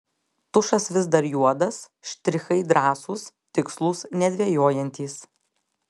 tušas vis dar juodas štrichai drąsūs tikslūs nedvejojantys